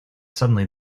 suddenly